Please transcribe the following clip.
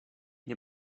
nie